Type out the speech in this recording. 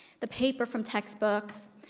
the paper from textbooks,